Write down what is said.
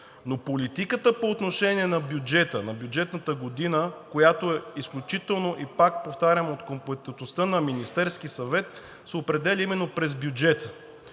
но политиката по отношение на бюджета, на бюджетната година, която е изключително, и пак повтарям, от компетентността на Министерския съвет, се определя именно през бюджета.